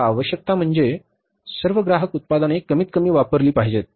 आता आवश्यकता म्हणजे उदाहरणार्थ सर्व ग्राहक उत्पादने कमीतकमी वापरली पाहिजेत